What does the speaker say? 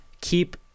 keep